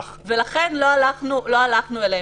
לכן, לא הלכנו אליהם.